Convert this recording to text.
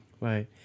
Right